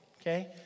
Okay